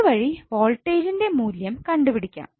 അതുവഴി വോൾട്ടെജിന്റെ മൂല്യം കണ്ടുപിടിക്കാം